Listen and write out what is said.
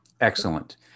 Excellent